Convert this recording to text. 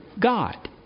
God